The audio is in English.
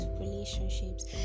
relationships